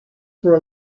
for